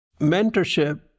mentorship